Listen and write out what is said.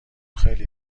خیلی